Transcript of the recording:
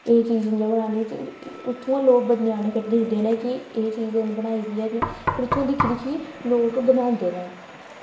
एह् चीज़ इंया बनानी इत्थुआं लोक बड़े दिक्खदे कि एह् चीज़ हैनी बनाई दी ऐ ते फिर इत्थुआं दिक्खी दिक्खियै लोक बनांदे न